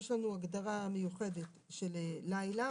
יש לנו הגדרה מיוחדת של לילה,